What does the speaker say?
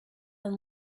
and